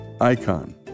icon